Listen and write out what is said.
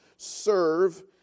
serve